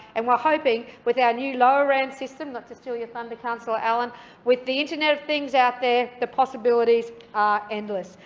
and we're hoping with our new lower ram system not to steal your thunder, councillor allan with the internet of things out there, the possibilities are endless.